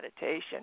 meditation